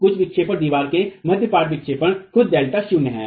कुल विक्षेपन दीवार के मध्य पाट विक्षेपन खुद डेल्टा शून्य है